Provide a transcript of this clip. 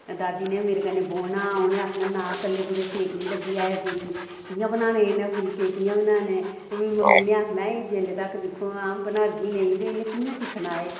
दादी ने बी मेरे कन्नै बौह्ना उ'नें आक्खना ना कल्ले कुतै सेक नेईं लग्गी जा कुड़ी गी कि'यां बनाने इन्ने फुलके कि'यां बनाने ते फिर मम्मी ने आक्खना ऐ जेल्लै तक दिक्खो हा बनाह्गी नेईं ते इ'नें कि'यां सिक्खना ऐ